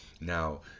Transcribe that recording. now